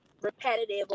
repetitive